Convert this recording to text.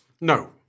No